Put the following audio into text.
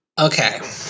Okay